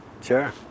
Sure